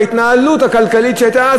וההתנהלות הכלכלית שהייתה אז,